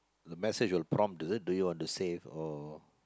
the message will prompt is it do you want save or